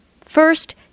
First